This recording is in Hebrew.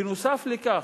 בנוסף לכך,